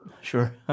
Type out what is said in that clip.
sure